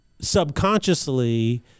Subconsciously